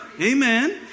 Amen